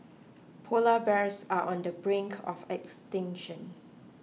Polar Bears are on the brink of extinction